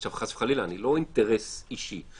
עכשיו, חלילה, לא אינטרס אישי.